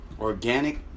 organic